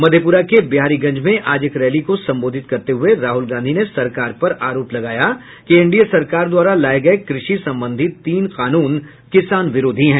मधेपुरा के बिहारीगंज में आज एक रैली को संबोधित करते हुए राहुल गांधी ने सरकार पर आरोप लगाया कि एनडीए सरकार द्वारा लाए गए कृषि संबंधी तीन कानून किसान विरोधी हैं